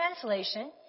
Translation